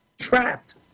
trapped